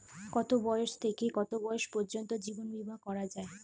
কতো বয়স থেকে কত বয়স পর্যন্ত জীবন বিমা করা যায়?